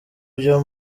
byo